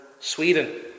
Sweden